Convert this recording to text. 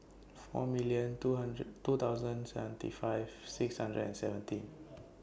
four million two hundred two thousand seventy five six hundred and seventeen